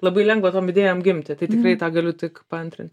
labai lengva tom idėjom gimti tai tikrai tą galiu tik paantrinti